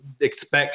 expect